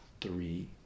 three